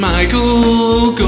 Michael